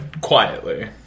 Quietly